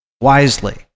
wisely